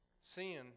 sin